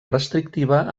restrictiva